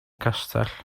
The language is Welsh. castell